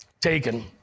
taken